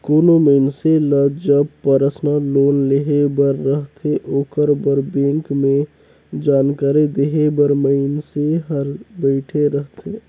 कोनो मइनसे ल जब परसनल लोन लेहे बर रहथे ओकर बर बेंक में जानकारी देहे बर मइनसे हर बइठे रहथे